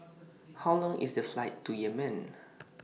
How Long IS The Flight to Yemen